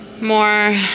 more